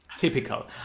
typical